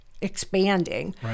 expanding